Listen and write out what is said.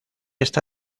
está